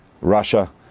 Russia